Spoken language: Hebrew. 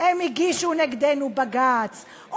הם הגישו נגדנו בג"ץ,